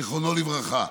זיכרונו לברכה.